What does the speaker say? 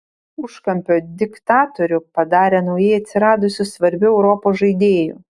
užkampio diktatorių padarė naujai atsiradusiu svarbiu europos žaidėju